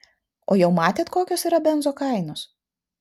o jau matėt kokios yra benzo kainos